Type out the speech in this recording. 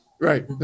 right